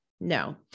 No